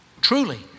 truly